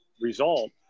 result